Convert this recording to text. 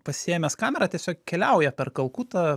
pasiėmęs kamerą tiesiog keliauja per kalkutą